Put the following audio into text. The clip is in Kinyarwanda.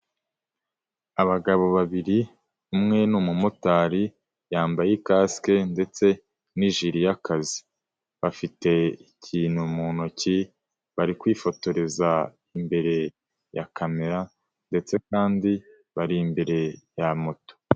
Abagabo babiri umwe ni umumotari yambaye ikasike ndetse n'ijiri y'akazi, bafite ikintu mu ntoki, bari kwifotoreza imbere ya kamera ndetse kandi bari imbere ya moto.